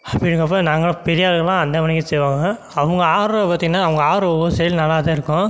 அப்படிங்கிறப்போ நாங்கெல்லாம் பெரிய ஆளுங்கள்லாம் அந்தமாரிக்கு செய்வாங்க அவங்க ஆடுறது பார்த்தீங்கன்னா அவங்க ஆடுற ஒவ்வொரு ஸ்டைலும் நல்லா தான் இருக்கும்